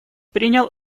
принял